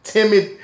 timid